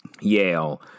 Yale